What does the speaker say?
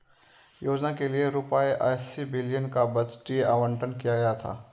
योजना के लिए रूपए अस्सी बिलियन का बजटीय आवंटन किया गया था